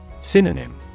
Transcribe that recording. Synonym